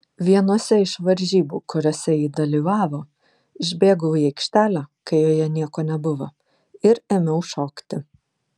vienose iš varžybų kuriose ji dalyvavo išbėgau į aikštelę kai joje nieko nebuvo ir ėmiau šokti